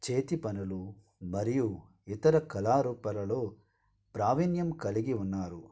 చేతిపనులు మరియు ఇతర కళారూపాలలో ప్రావీణ్యం కలిగి ఉన్నారు